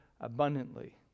abundantly